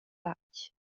fatg